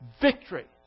victory